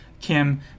kim